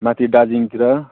माथि दार्जिलिङतिर